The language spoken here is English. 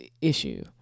issue